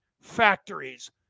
factories